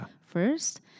first